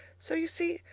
so you see,